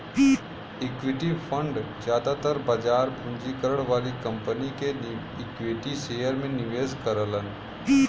equity fund जादातर बाजार पूंजीकरण वाली कंपनी के इक्विटी शेयर में निवेश करलन